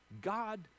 God